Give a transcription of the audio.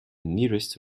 nearest